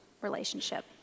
relationship